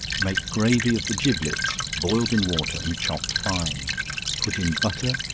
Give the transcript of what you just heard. make gravy of the giblets, boiled in water and chopped fine put in butter,